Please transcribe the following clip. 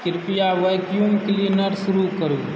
कृपया vacuum cleaner शुरू करू